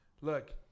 Look